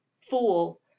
Fool